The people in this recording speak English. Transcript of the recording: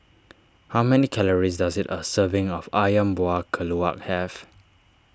how many calories does it a serving of Ayam Buah Keluak have